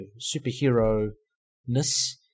superhero-ness